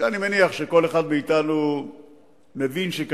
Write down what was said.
שאני מניח שכל אחד מאתנו מבין ששם,